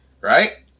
right